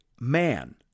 man